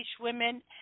women